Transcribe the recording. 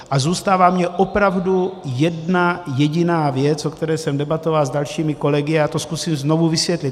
A zůstává mi opravdu jedna jediná věc, o které jsem debatoval s dalšími kolegy, a zkusím to znovu vysvětlit.